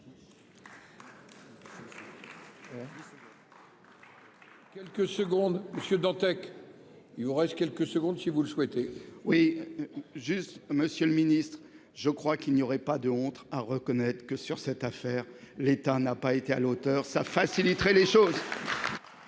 pu imaginer. Quelques secondes monsieur Dantec. Il vous reste quelques secondes. Si vous le souhaitez. Oui. Juste Monsieur le Ministre, je crois qu'il n'y aurait pas de honte à reconnaître que sur cette affaire. L'État n'a pas été à l'auteur. Ça faciliterait les choses. L'État